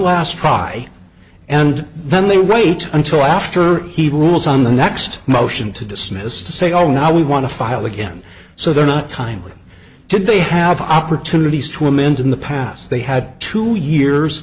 last try and then they wait until after the rules on the next motion to dismiss to say oh now we want to file again so they're not timely to they have opportunities to amend in the past they had two years